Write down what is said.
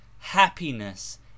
happiness